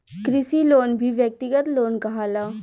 कृषि लोन भी व्यक्तिगत लोन कहाला